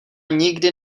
nikdy